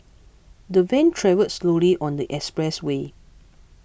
the van travelled slowly on the expressway